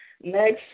Next